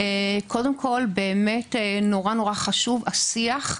קודם כל, באמת נורא חשוב אופן השיח,